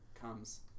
Comes